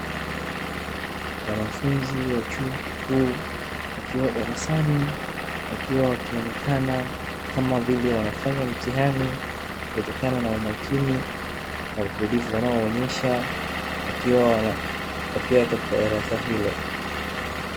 Wanafunzi wa chuo kikuu, wakiwa darasani, wakiwa wakionekana kama vile wanafanya mtihani kutokana na umakini wa utulivu wanaoonyesha, wakiwa katika darasa hilo.